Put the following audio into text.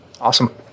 awesome